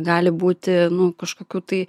gali būti kažkokių tai